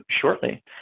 shortly